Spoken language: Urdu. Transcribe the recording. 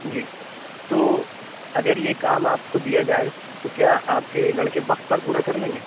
جی تو اگر یہ کام آپ کو دیا جائے تو کیا آپ کے لڑکے وقت پر پورا کر لیں گے